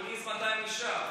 הקומוניזם עדיין נשאר,